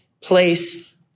place